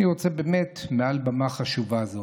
אני רוצה באמת, מעל במה חשובה זו,